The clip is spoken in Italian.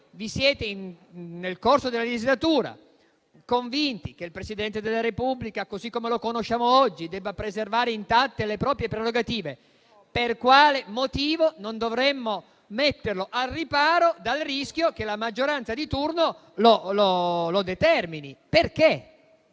Se nel corso della legislatura vi siete convinti che il Presidente della Repubblica, così come lo conosciamo oggi, debba preservare intatte le proprie prerogative, per quale motivo non dovremmo metterlo al riparo dal rischio che la maggioranza di turno lo determini? Perché?